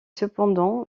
cependant